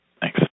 Thanks